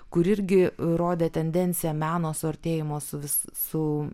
kur irgi rodė tendenciją meno suartėjimo su vis su